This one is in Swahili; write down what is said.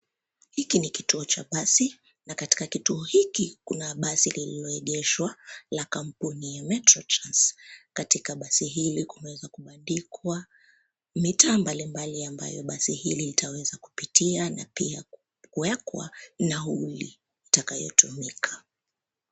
Hiki ni kituo cha basi, na katika kituo hiki kuna basi lililoegeshwa, la kampuni ya [Metro Trans]. Katika basi hili kumeweza kubandikwa, mitaa mbalimbali ambayo basi hili litaweza kupitia na pia, kuwekwa nauli, itakayotumika.